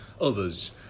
Others